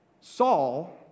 Saul